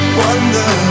wonder